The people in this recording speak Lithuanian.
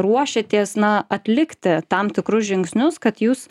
ruošėtės na atlikti tam tikrus žingsnius kad jūs